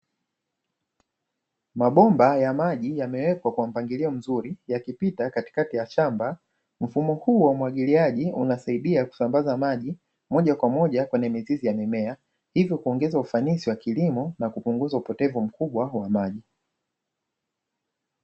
Mabomba yamaji yamewekwa kwa mpangilio mzuri yakipita katikati ya shamba, mfumo huu wa umwagiliaji unasaidia kusambaza maji moja kwa moja kwenye mizizi ya mimea hivyo kuongeza ufanisi wa kilimo na kupunguza upotevu mkubwa wa maji.